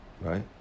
right